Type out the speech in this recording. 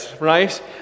right